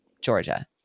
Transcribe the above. Georgia